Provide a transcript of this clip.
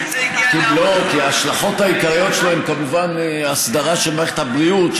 כי ההשלכות העיקריות שלו הן כמובן הסדרה של מערכת הבריאות,